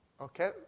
Okay